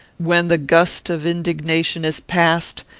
when the gust of indignation is past,